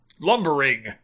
lumbering